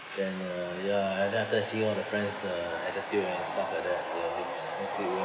then uh ya and then after seeing all the friends uh at the pier and stuff like that really makes it